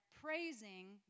praising